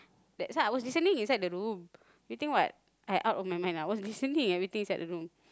that's why I was listening inside the room you think what I out of my mind ah I was listening everything inside the room